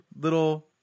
little